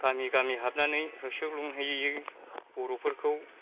गामि गामि हाबनानै होसोग्लुं हैयो बर'फोरखौ